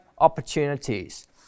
opportunities